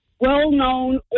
well-known